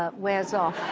ah wears off.